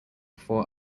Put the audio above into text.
four